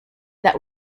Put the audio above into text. that